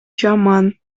жаман